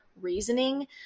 reasoning